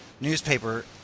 newspaper